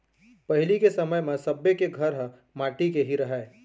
पहिली के समय म सब्बे के घर ह माटी के ही रहय